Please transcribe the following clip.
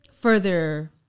further